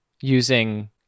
using